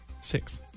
Six